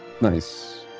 Nice